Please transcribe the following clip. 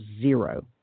zero